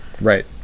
Right